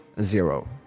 zero